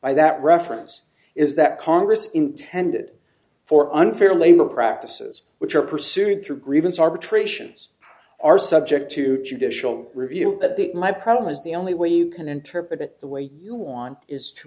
by that reference is that congress intended for unfair labor practices which are pursuing through grievance arbitrations are subject to judicial review but that my problem is the only way you can interpret it the way you want is to